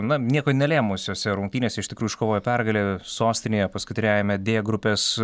na nieko nelėmusiose rungtynėse iš tikrųjų iškovojo pergalę sostinėje paskutiniajame d grupės